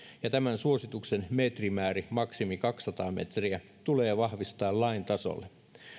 ja tämän suosituksen metrimäärä eli maksimissaan kaksisataa metriä tulee vahvistaa lain tasolle